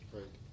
Right